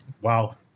Wow